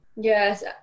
yes